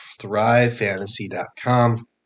thrivefantasy.com